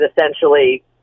essentially